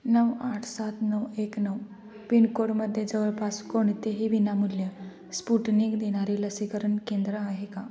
नऊ आठ सात नऊ एक नऊ पिनकोडमध्ये जवळपास कोणतेही विनामूल्य स्पुटनिक देणारे लसीकरण केंद्र आहे का